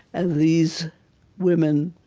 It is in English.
and these women,